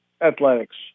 Athletics